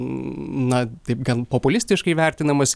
na taip gan populistiškai vertinamas